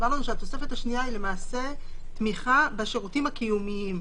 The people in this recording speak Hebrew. הוסבר לנו שהתוספת השנייה היא למעשה תמיכה בשירותים הקיומיים,